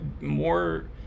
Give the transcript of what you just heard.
more